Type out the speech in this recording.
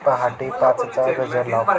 पहाटे पाचचा गजर लाव